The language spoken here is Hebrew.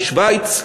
בשווייץ,